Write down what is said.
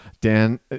Dan